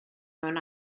mewn